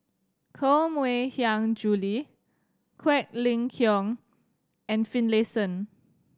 Koh Mui Hiang Julie Quek Ling Kiong and Finlayson